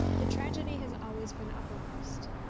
the tragedy has always been uppermost.